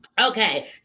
Okay